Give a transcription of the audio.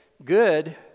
Good